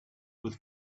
with